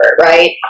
right